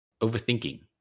overthinking